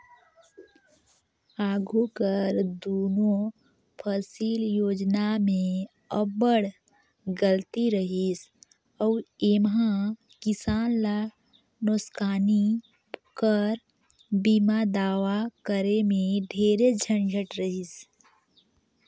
आघु कर दुनो फसिल योजना में अब्बड़ गलती रहिस अउ एम्हां किसान ल नोसकानी कर बीमा दावा करे में ढेरे झंझट रहिस